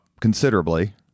considerably